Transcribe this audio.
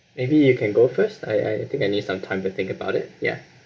maybe you can go first I I think I need some time to think about it ya